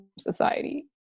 society